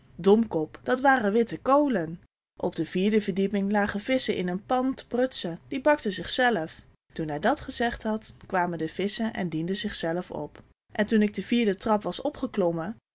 domkop dat waren witte koolen op de vierde verdieping lagen visschen in een pan te prutsen die bakten zichzelf toen hij dat gezegd had kwamen de visschen en dienden zichzelf op en toen ik de vierde trap was opgeklommen